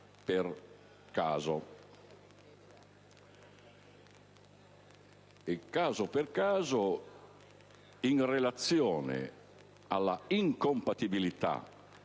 sia valutata caso per caso, in relazione all'incompatibilità